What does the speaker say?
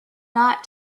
not